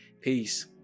Peace